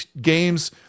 games